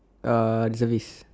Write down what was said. ah reservist